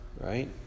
right